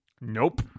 Nope